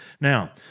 Now